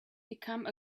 become